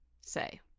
say